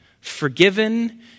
forgiven